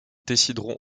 décideront